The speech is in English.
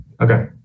Okay